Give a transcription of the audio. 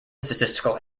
statistical